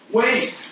wait